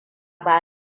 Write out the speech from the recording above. ba